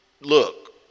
look